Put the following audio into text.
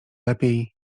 lepiej